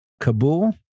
Kabul